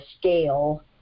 scale